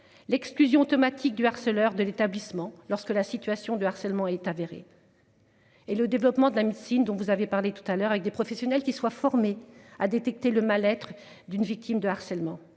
l'exclusion automatique du harceleur de l'établissement lorsque la situation de harcèlement est avérée. Et le développement de la médecine dont vous avez parlé tout à l'heure avec des professionnels qui soient formés à détecter le mal-être d'une victime de harcèlement